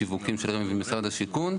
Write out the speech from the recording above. שיווקים של רמ"י ומשרד השיכון,